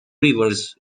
rivers